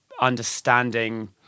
understanding